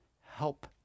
help